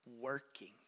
working